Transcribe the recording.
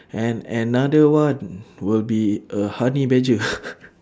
and another one will be a honey badger